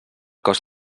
cost